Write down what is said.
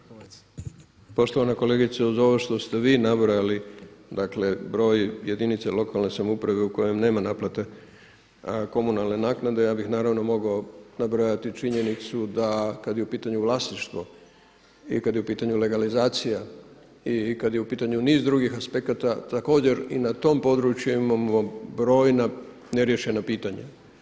Poštovana kolegice, uz ovo što ste vi nabrojali, dakle broj jedinica lokalne samouprave u kojem nema naplate komunalne naknade ja bih naravno mogao nabrojati činjenicu da kada je u pitanju vlasništvo i kada je u pitanju legalizacija i kada je u pitanju niz drugih aspekata također i na tom području imamo brojna neriješena pitanja.